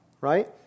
right